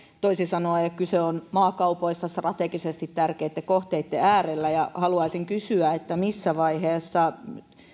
toisin sanoen kyse on maakaupoista strategisesti tärkeitten kohteitten äärellä ja haluaisin kysyä missä vaiheessa